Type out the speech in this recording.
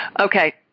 Okay